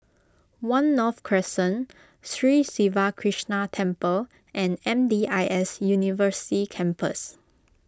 one North Crescent Sri Siva Krishna Temple and M D I S University Campus